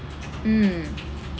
mm